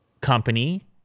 company